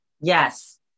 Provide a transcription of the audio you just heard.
yes